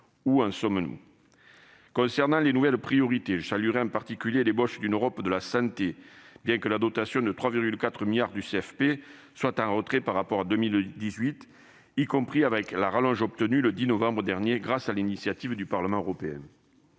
Où en sommes-nous ? J'en viens aux nouvelles priorités. Je saluerai en particulier l'ébauche d'une Europe de la santé, bien que la dotation de 3,4 milliards d'euros du CFP soit en retrait par rapport à 2018, y compris en tenant compte de la rallonge obtenue le 10 novembre dernier grâce à l'initiative du Parlement européen.